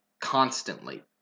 Constantly